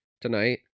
tonight